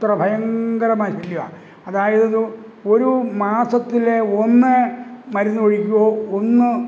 അത്ര ഭയങ്കരമായ ശല്യമാണ് അതായത് ഒരു മാസത്തില് ഒന്ന് മരുന്നൊഴിക്കുകയോ ഒന്ന്